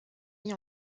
mis